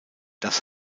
das